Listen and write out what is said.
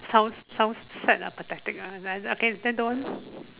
sounds sounds sad lah pathetic lah okay then don't want